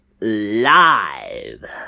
live